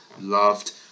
loved